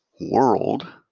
world